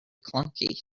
clunky